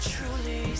Truly